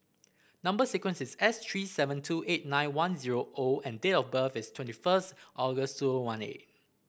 number sequence is S three seven two eight nine one zero O and date of birth is twenty first August two one eight